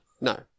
No